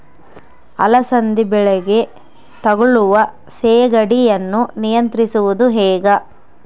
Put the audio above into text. ಅಲಸಂದಿ ಬಳ್ಳಿಗೆ ತಗುಲುವ ಸೇಗಡಿ ಯನ್ನು ನಿಯಂತ್ರಿಸುವುದು ಹೇಗೆ?